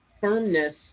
firmness